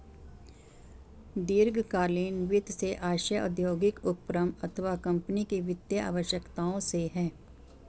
दीर्घकालीन वित्त से आशय औद्योगिक उपक्रम अथवा कम्पनी की वित्तीय आवश्यकताओं से है